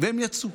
והם יצאו.